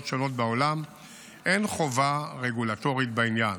שונות בעולם אין חובה רגולטורית בעניין,